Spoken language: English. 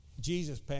Jesus